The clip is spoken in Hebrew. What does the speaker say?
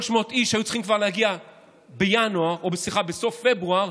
300 איש היו צריכים להגיע בסוף פברואר,